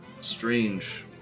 Strange